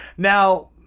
Now